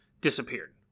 disappeared